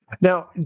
Now –